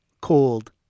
cold